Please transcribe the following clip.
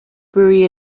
bury